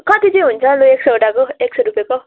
कति चाहिँ हुन्छ लु एक सौवटाको एक सौ रुपियाँको